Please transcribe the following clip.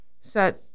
set